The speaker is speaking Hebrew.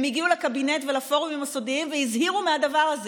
הגיעו לקבינט ולפורומים הסודיים והזהירו מהדבר הזה,